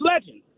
legend